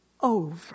over